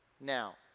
now